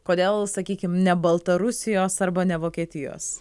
kodėl sakykim ne baltarusijos arba ne vokietijos